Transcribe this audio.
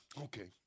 Okay